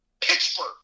Pittsburgh